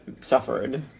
suffered